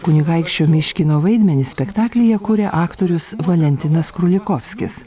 kunigaikščio myškino vaidmenį spektaklyje kuria aktorius valentinas krulikovskis